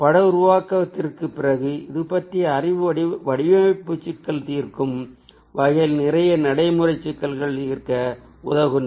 பட உருவாக்கத்திற்குப் பிறகு இது பற்றிய அறிவு வடிவமைப்பு சிக்கல் தீர்க்கும் வகையில் நிறைய நடைமுறை சிக்கல்களைத் தீர்க்க உதவுகிறது